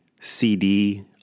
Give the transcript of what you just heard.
CD